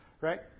right